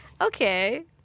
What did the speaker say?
Okay